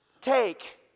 take